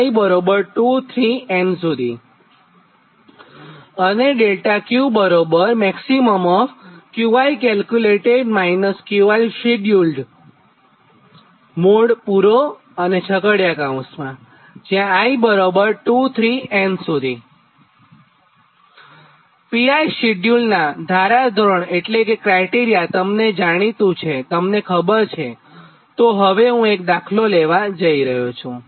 Pischeduled ધારધોરણ તમને જાણીતું છે તો હવે હું એક દાખલો લેવા જઈ રહ્યો છું